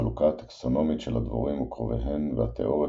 החלוקה הטקסונומית של הדבורים וקרוביהן והתאוריות